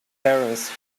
terence